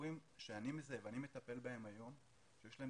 הבחורים שאני מזהה ומטפל בהם היום יש להם